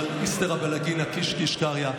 אבל איסתרא בלגינא קיש קיש קריא,